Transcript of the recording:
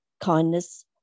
kindness